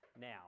now